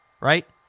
right